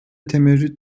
temerrüt